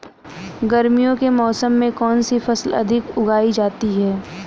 गर्मियों के मौसम में कौन सी फसल अधिक उगाई जाती है?